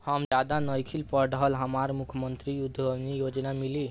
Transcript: हम ज्यादा नइखिल पढ़ल हमरा मुख्यमंत्री उद्यमी योजना मिली?